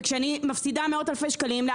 וכשאני מפסידה מאות אלפי שקלים- -- כל